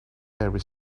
very